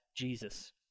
Jesus